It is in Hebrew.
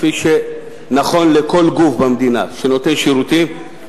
כפי שנכון לכל גוף במדינה שנותן שירותים,